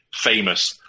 famous